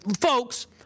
folks